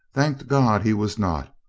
thanked god he was not.